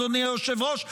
אדוני היושב-ראש.